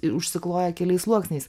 ir užsikloja keliais sluoksniais